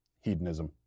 hedonism